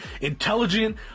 intelligent